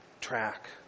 track